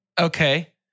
Okay